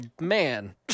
man